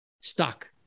stuck